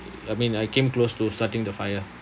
I mean I came close to starting the fire